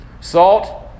Salt